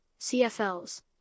CFLs